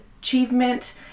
achievement